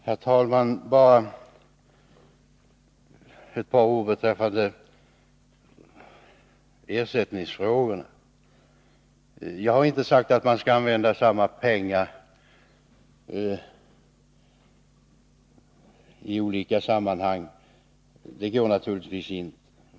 Herr talman! Bara några ord beträffande ersättningsfrågorna. Jag har inte sagt att man skall använda samma pengar i olika sammanhang — det går naturligtvis inte.